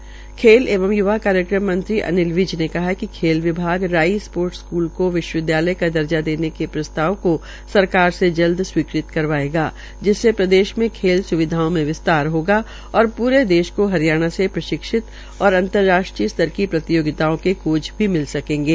स्वास्थ्य खेल एवं य्वा कार्यक्रम मंत्री अनिल विज ने कहा कि खेल विभाग द्वारा राई स्पोर्टस स्कूल को विश्वविद्यालय का दर्जा देने के प्रस्ताव को सरकार से जल्द स्वीकृत करवाया जायेगा जिससे प्रदेश में खेल स्विधाओं में विस्तार होगा और पूरे देश को हरियाणा से प्रशिक्षित और अंतर्राष्ट्रीय स्तर की प्रतियोगिताओं के कोच भी मिल सकेंगे